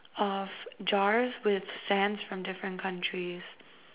of jars with sands from different countries